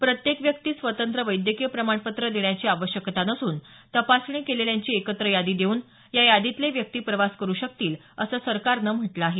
प्रत्येक व्यक्तीस स्वतंत्र वैद्यकीय प्रमाणपत्र देण्याची आवश्यकता नसून तपासणी केलेल्यांची एकत्र यादी देऊन या यादीतले व्यक्ती प्रवास करु शकतील असं सरकारनं म्हटलं आहे